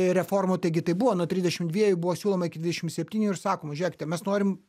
reformoj taigi tai buvo nuo trisdešimt dviejų buvo siūloma iki dvidešimt septynių ir sakoma žiūrėkite mes norim